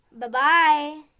Bye-bye